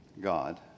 God